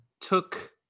took